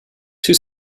two